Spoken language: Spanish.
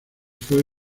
fue